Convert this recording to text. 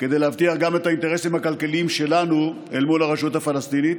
כדי להבטיח את האינטרסים הכלכליים שלנו אל מול הרשות הפלסטינית.